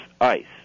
ice